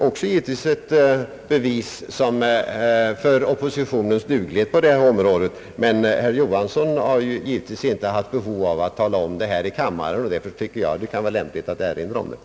Också detta är ju ett bevis för oppositionens duglighet i sammanhanget, men herr Johansson har givetvis inte känt behov att tala om det här i kammaren. Därför kan det vara lämpligt att erinra om saken.